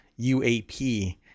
UAP